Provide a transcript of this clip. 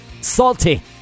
salty